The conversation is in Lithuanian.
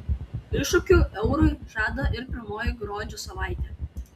iššūkių eurui žada ir pirmoji gruodžio savaitė